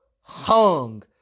hung